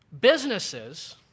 Businesses